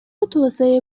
توسعه